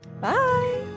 Bye